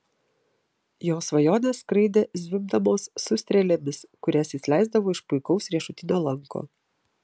jo svajonės skraidė zvimbdamos su strėlėmis kurias jis leisdavo iš puikaus riešutinio lanko